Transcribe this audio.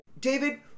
David